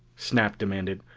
snap demanded,